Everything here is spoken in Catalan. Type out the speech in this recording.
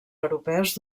europeus